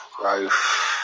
growth